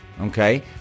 okay